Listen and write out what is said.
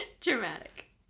Dramatic